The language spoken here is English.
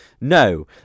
No